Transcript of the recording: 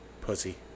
Pussy